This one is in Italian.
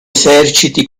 eserciti